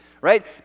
right